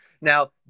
Now